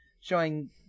showing